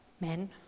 men